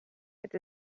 het